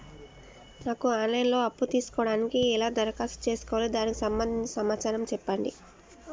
నాకు online లో అప్పు తీసుకోవడానికి ఎలా దరఖాస్తు చేసుకోవాలి దానికి సంబంధించిన సమాచారం చెప్పండి?